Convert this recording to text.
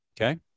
okay